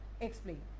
explain